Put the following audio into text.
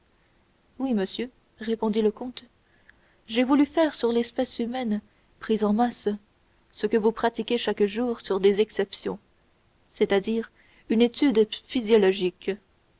oui monsieur répondit le comte j'ai voulu faire sur l'espèce humaine prise en masse ce que vous pratiquez chaque jour sur des exceptions c'est-à-dire une étude physiologique